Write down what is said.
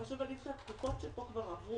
חשוב לומר לפרוטוקול שאלה עברו